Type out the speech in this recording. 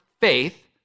faith